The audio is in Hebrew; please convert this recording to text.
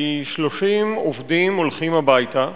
כי 30 עובדים הולכים הביתה.